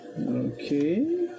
okay